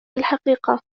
الحقيقة